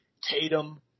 Tatum